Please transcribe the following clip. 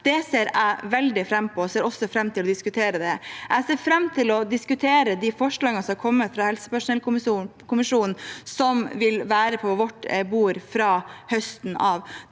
Det ser jeg veldig fram til. Jeg ser også fram til å diskutere det. Jeg ser fram til å diskutere de forslagene som har kommet fra helsepersonellkommisjonen, som vil være på vårt bord fra høsten av.